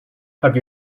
have